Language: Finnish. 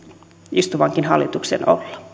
istuvankin hallituksen